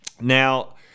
now